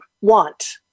want